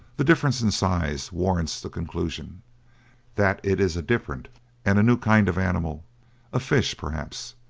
the difference in size warrants the conclusion that it is a different and new kind of animal a fish, perhaps,